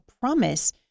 promise